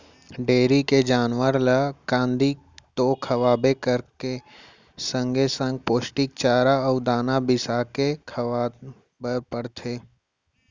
dairy के जानवर ल कांदी तो खवाबे करबे संगे संग पोस्टिक चारा अउ दाना बिसाके खवाए बर परथे